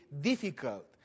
difficult